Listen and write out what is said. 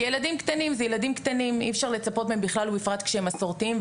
זה ילדים קטנים ואי אפשר לצפות מהם בכלל ובפרט כשהם מסורתיים,